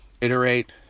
Iterate